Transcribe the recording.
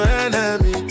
enemy